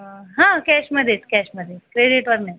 हा कॅशमध्येच कॅशमध्ये क्रेडिटवर नाही